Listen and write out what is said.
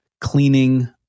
cleaning